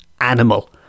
animal